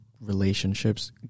relationships